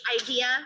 idea